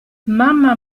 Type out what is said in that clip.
mamma